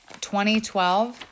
2012